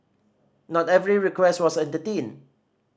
not every request was entertained